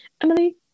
Emily